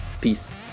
Peace